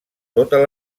totes